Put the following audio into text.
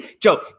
Joe